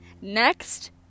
Next